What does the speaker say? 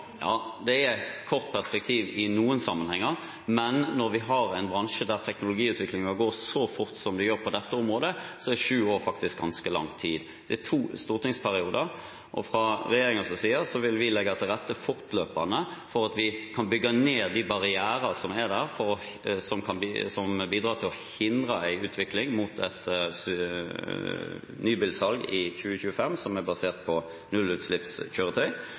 er et kort perspektiv i noen sammenhenger, men når vi har en bransje der teknologiutviklingen går så fort som den gjør på dette området, så er sju år faktisk ganske lang tid. Det er to stortingsperioder, og fra regjeringens side vil vi legge til rette fortløpende for at vi kan bygge ned de barrierer som er der, som bidrar til å hindre en utvikling mot et nybilsalg i 2025 som er basert på nullutslippskjøretøy.